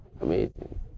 Amazing